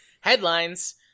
headlines